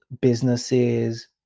businesses